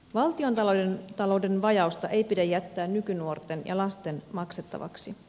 valtiontalouden vajausta ei pidä jättää nykynuorten ja lasten maksettavaksi